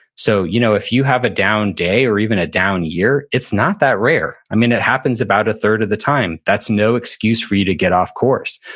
so you know if you have a down day or even a down year, it's not that rare. and it happens about a third of the time. that's no excuse for you to get off course.